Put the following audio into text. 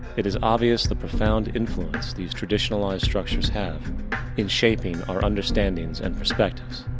it is obvious, the profound influence these traditionalized structures have in shaping our understandings and perspectives.